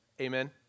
amen